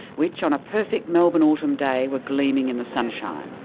which on a perfect melbourne autumn day were gleaming in the sunshine.